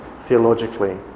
theologically